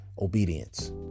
obedience